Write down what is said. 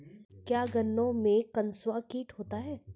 क्या गन्नों में कंसुआ कीट होता है?